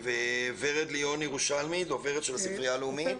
ורד ליאון ירושלמי, דוברת של הספרייה הלאומית?